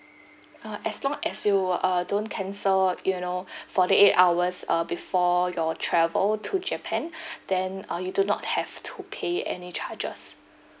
uh as long as you uh don't cancel you know forty eight hours uh before your travel to japan then uh you do not have to pay any charges